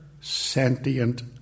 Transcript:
sentient